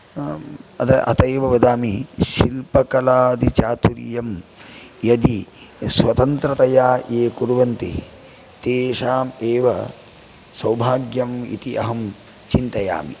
अद अत एव वदामि शिल्पकलादिचातुर्यं यदि स्वतन्त्रतया ये कुर्वन्ति तेषाम् एव सौभाग्यम् इति अहं चिन्तयामि